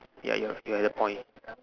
ya y~ your point